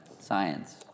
science